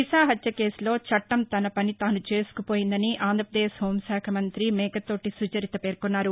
దిశ హత్య కేసులో చట్టం తన పని తాను చేసుకు పోయిందని ఆంధ్రప్రదేశ్ హోంశాఖ మంత్రి మేకతోటి సుచరిత పేర్కొన్నారు